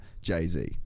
Jay-Z